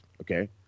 okay